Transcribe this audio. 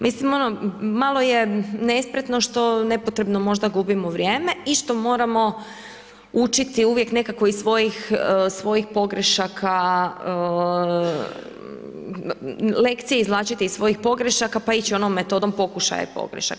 Mislim malo je nespretno što nepotrebno možda gubimo vrijeme i što moramo učiti uvijek nekako iz svojih pogrešaka, lekcije izvlačiti iz svojih pogrešaka pa ići onom metodom pokušaja i pogrešaka.